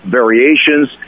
variations